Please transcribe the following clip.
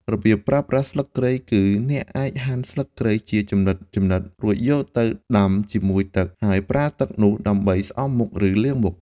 របៀបប្រើប្រាស់ស្លឹកគ្រៃគឺ អ្នកអាចហាន់ស្លឹកគ្រៃជាចំណិតៗ រួចយកទៅដាំជាមួយទឹក ហើយប្រើទឹកនោះដើម្បីស្អំមុខ ឬលាងមុខ។